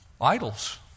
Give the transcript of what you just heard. idols